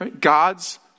God's